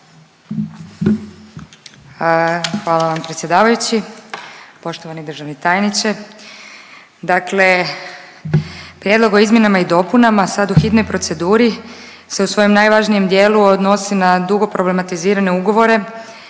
Hvala vam predsjedavajući. Poštovani državni tajniče, dakle prijedlog o izmjenama i dopunama sad u hitnoj proceduri se u svojem najvažnijem dijelu odnosi na dugo problematizirane ugovore